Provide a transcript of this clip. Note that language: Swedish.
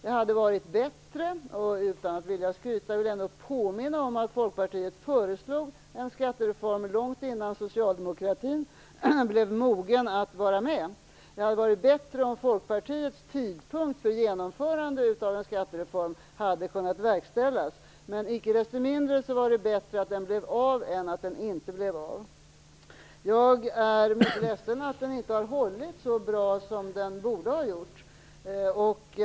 Utan att skryta vill jag ändå påminna om att Folkpartiet föreslog en skattereform långt innan socialdemokratin blev mogen att vara med om en sådan. Det hade varit bättre om Folkpartiets tidpunkt för genomförandet av en skattereform hade kunnat verkställas. Men icke desto mindre var det bättre att den blev av än att den inte blev av. Jag är ledsen att skattereformen inte har hållits så bra som den borde ha gjort.